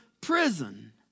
prison